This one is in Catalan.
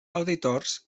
auditors